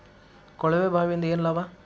ಕೊಳವೆ ಬಾವಿಯಿಂದ ಏನ್ ಲಾಭಾ?